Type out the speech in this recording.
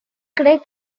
cree